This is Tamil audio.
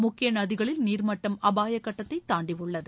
முக்கிய நதிகளில் நீர் மட்டம் அபாய கட்டத்தை தாண்டியுள்ளது